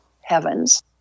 heavens